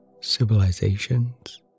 civilizations